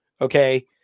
Okay